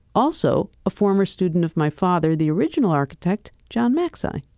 also a former student of my father, the original architect, john macsai.